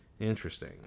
Interesting